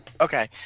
Okay